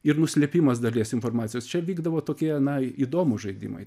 ir nuslėpimas dalies informacijos čia vykdavo tokie na įdomūs žaidimai